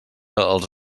els